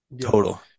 Total